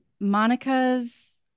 monica's